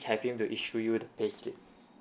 have him to issue you the payslip